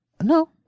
No